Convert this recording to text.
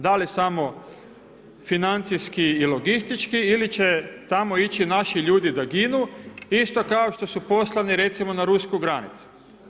Da li samo financijski i logistički ili će tamo ići naši ljudi da ginu, isto kao što su poslani recimo na rusku granicu?